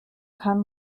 kann